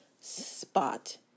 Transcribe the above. spot